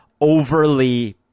overly